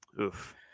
Oof